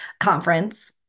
conference